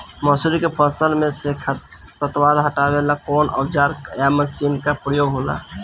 मसुरी के फसल मे से खरपतवार हटावेला कवन औजार या मशीन का प्रयोंग होला?